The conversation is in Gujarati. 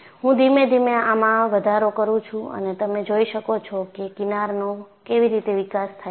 હું ધીમે ધીમે આમાં વધારો કરું છું અને તમે જોઈ શકો છો કે કિનારનો કેવી રીતે વિકાસ થાય છે